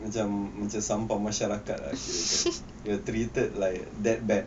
macam macam sampah masyarakat ah kirakan you are treated like that bad